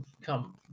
come